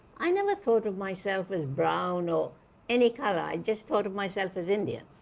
i never thought of myself as brown or any color i just thought of myself as indian.